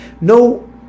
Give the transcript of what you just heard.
No